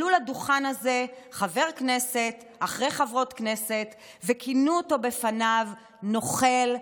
עלו לדוכן הזה חבר כנסת אחרי חברת כנסת וכינו אותו בפניו "נוכל",